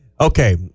okay